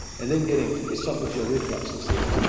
and then getting esophageal reflux disease.